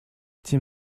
тем